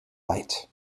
light